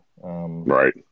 Right